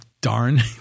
darn